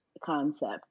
concept